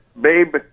babe